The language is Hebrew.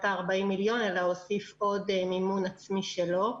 ה-40 מיליון שקל אלא הוסיף עוד מימון עצמי שלו,